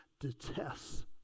detests